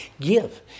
give